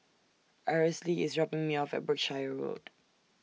Aracely IS dropping Me off At Berkshire Road